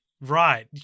right